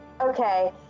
Okay